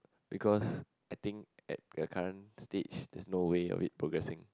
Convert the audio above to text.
because I think at the current stage there is no way of it progressing